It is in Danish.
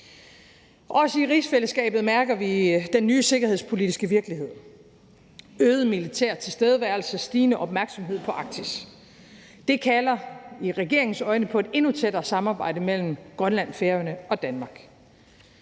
Også i rigsfællesskabet mærker vi den nye sikkerhedspolitiske virkelighed: øget militær tilstedeværelse og stigende opmærksomhed på Arktis. Det kalder i regeringens øjne på et endnu tættere samarbejde mellem Grønland, Færøerne og Danmark.